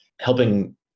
helping